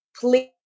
please